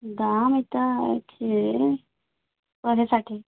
ଦାମ୍ ଇଟା ଅଛେ ଅଢ଼େ ଷାଠେ